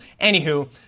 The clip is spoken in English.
Anywho